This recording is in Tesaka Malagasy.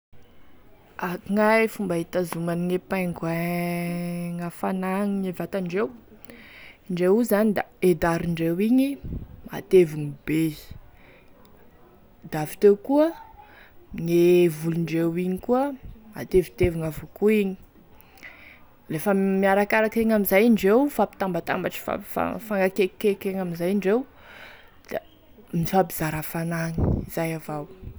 Ankognaia e fomba hitazomane pingouin gn'afanane vatandreo, indreo io zany da e darondreo igny matevigny be da avy teo koa gne volondreo igny koa matevitevigny avao koa igny lefa miarakaraky egny amizay indreo mifampitambatambatry mifagnakekikeky egny amin'izay indreo da mifampizara hafanagny, izay avao.